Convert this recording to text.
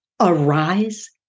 arise